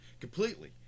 Completely